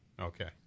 Okay